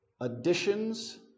additions